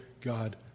God